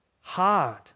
Hard